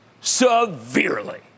severely